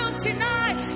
tonight